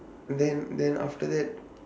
then then after that